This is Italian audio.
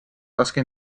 tasca